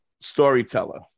storyteller